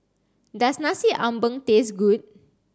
does Nasi Ambeng taste good